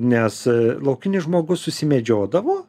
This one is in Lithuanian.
nes laukinis žmogus susimedžiodavo